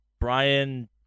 Brian